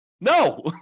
No